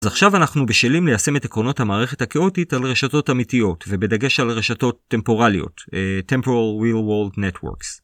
אז עכשיו אנחנו בשלים ליישם את עקרונות המערכת הכאוטית על רשתות אמיתיות, ובדגש על רשתות טמפורליות, Temporal Real World Networks.